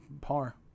par